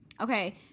okay